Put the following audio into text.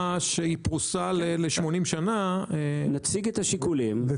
אני מסכים, נציג לכם את השיקולים.